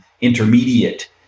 intermediate